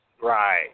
Right